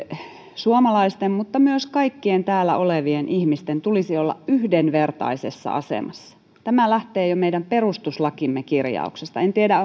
suomalaisten mutta myös kaikkien täällä olevien ihmisten tulisi olla yhdenvertaisessa asemassa tämä lähtee jo meidän perustuslakimme kirjauksesta en tiedä